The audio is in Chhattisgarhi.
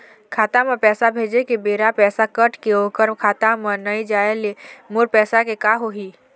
खाता म पैसा भेजे के बेरा पैसा कट के ओकर खाता म नई जाय ले मोर पैसा के का होही?